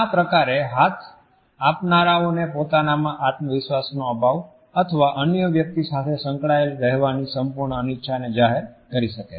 આ પ્રકારે હાથ આપનારાઓને પોતાનામાં આત્મવિશ્વાસનો અભાવ અથવા અન્ય વ્યક્તિ સાથે સંકળાયેલ રહેવાની સંપૂર્ણ અનિચ્છાને જાહેર કરી શકે છે